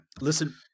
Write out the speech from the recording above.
listen